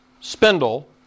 spindle